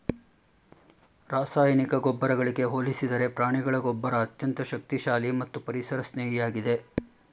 ರಾಸಾಯನಿಕ ಗೊಬ್ಬರಗಳಿಗೆ ಹೋಲಿಸಿದರೆ ಪ್ರಾಣಿಗಳ ಗೊಬ್ಬರ ಅತ್ಯಂತ ಶಕ್ತಿಶಾಲಿ ಮತ್ತು ಪರಿಸರ ಸ್ನೇಹಿಯಾಗಿದೆ